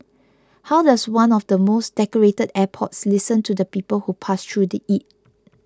how does one of the most decorated airports listen to the people who pass through it